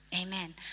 Amen